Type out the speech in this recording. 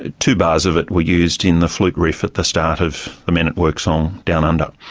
two bars of it were used in the flute riff at the start of the men at work song, downunder.